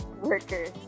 workers